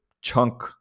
chunk